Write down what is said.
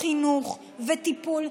חינוך וטיפול,